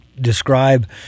describe